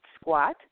squat